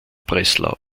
breslau